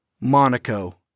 Monaco